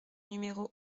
numéro